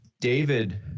David